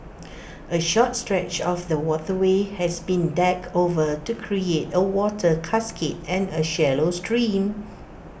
A short stretch of the waterway has been decked over to create A water cascade and A shallow stream